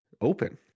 Open